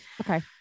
okay